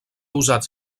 usats